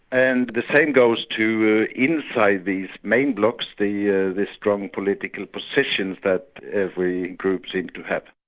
and the same goes too inside these main blocs, the ah the strong political positions that every group seemed to have.